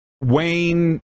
Wayne